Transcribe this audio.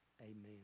Amen